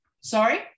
Sorry